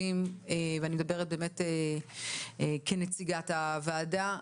ואני מדברת באמת כנציגת הוועדה,